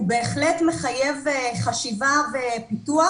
הוא בהחלט מחייב חשיבה ופיתוח.